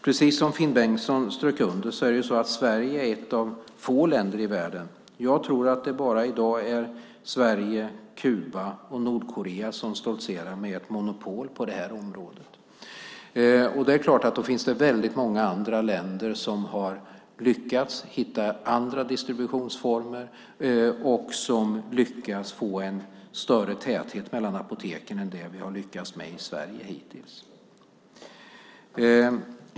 Precis som Finn Bengtsson strök under är Sverige ett av få länder i världen som har ett monopol. Jag tror att det i dag är bara Sverige, Kuba och Nordkorea som stoltserar med ett monopol på detta område. Då är det klart att det finns väldigt många andra länder som har lyckats hitta andra distributionsformer och som har lyckats få en större täthet mellan apoteken än vad vi har lyckats med i Sverige hittills.